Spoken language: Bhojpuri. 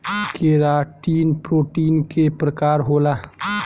केराटिन प्रोटीन के प्रकार होला